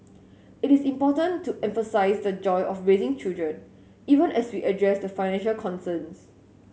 it is important to emphasise the joy of raising children even as we address the financial concerns